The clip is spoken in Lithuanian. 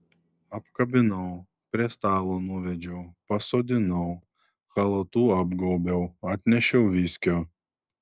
apkabinau prie stalo nuvedžiau pasodinau chalatu apgaubiau atnešiau viskio